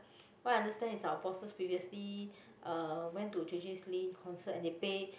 what understand is our bosses previously uh went to J_J-Lins concert and he paid